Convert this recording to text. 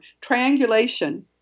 Triangulation